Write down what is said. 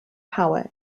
power